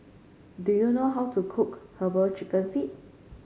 do you know how to cook herbal chicken feet